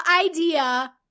idea